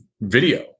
video